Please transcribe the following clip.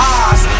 eyes